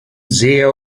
sehr